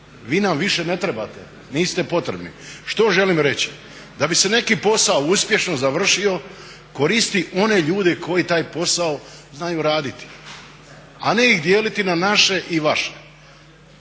vi nam više ne trebate, niste potrebni. Što želim reći? Da bi se neki posao uspješno završio koristi one ljude koji taj posao znaju raditi, a ne ih dijeliti na naše i vaše.